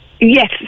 Yes